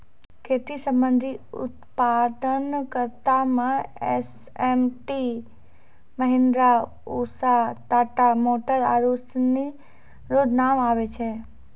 खेती संबंधी उप्तादन करता मे एच.एम.टी, महीन्द्रा, उसा, टाटा मोटर आरु सनी रो नाम आबै छै